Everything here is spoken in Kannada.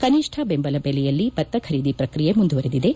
ಕನಿಷ್ಠ ಬೆಂಬಲ ಬೆಲೆಯಲ್ಲಿ ಭತ್ತ ಖರೀದಿ ಪ್ರಕ್ರಿಯೆ ಮುಂದುವರೆದಿದೆ